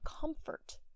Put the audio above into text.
comfort